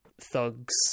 thugs